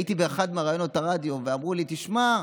הייתי באחד מראיונות הרדיו ואמרו לי: תשמע,